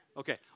Okay